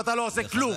ואתה לא עושה כלום.